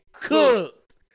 Cooked